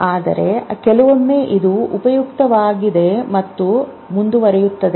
ಆದರೆ ಕೆಲವೊಮ್ಮೆ ಇದು ಉಪಯುಕ್ತವಾಗಿದೆ ಮತ್ತು ಅದು ಮುಂದುವರಿಯುತ್ತದೆ